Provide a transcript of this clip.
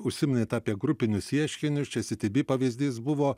užsiminėt apie grupinius ieškinius čia sitiby pavyzdys buvo